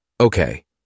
Okay